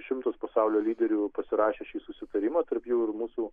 šimtas pasaulio lyderių pasirašė šį susitarimą tarp jų ir mūsų